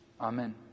Amen